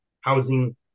housing